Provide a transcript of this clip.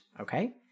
Okay